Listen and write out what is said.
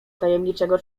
tajemniczego